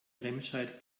remscheid